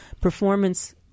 Performance